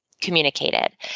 communicated